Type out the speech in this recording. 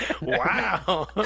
wow